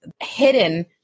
hidden